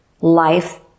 life